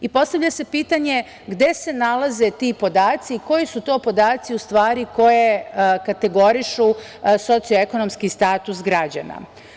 Postavlja se pitanje gde se nalaze ti podaci, koji su to u stvari podaci koji kategorišu socioekonomski status građana?